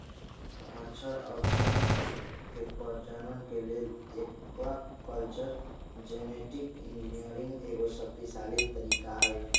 मछर अउर शंख के प्रजनन के लेल एक्वाकल्चर जेनेटिक इंजीनियरिंग एगो शक्तिशाली तरीका हई